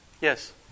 Yes